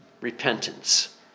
repentance